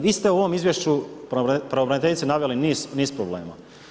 Vi ste u ovom izvješću pravobraniteljice naveli niz problema.